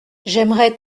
j’aimerais